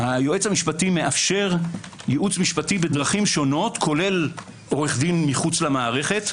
היועץ המשפטי מאפשר ייעוץ משפטי בדרכים שונות כולל עו"ד מחוץ למערכת,